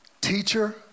Teacher